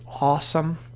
awesome